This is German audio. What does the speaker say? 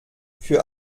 für